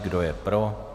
Kdo je pro?